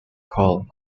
called